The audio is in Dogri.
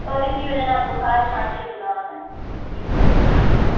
ओह्दी बजह कन्नै बुखार खांसी जुकाम ऐ